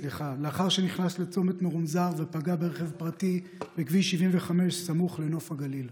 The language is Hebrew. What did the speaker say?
לאחר שנכנס לצומת מרומזר ופגע ברכב פרטי בכביש 75 סמוך לנוף הגליל,